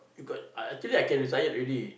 you got uh actually I can retired already